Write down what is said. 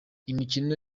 imikino